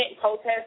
protest